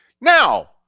Now